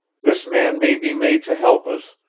this man may be made to help us,